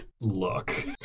Look